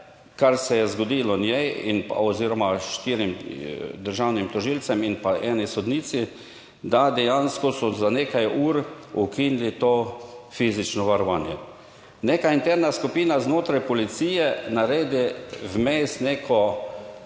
kar se je zgodilo njej in pa, oziroma štirim državnim tožilcem in pa eni sodnici, da dejansko so za nekaj ur ukinili to fizično varovanje. Neka interna skupina znotraj policije naredi vmes neko